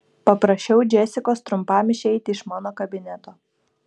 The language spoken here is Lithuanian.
paprašiau džesikos trumpam išeiti iš mano kabineto